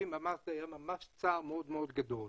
לאנשים היה ממש צער מאוד מאוד גדול.